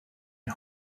and